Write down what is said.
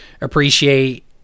appreciate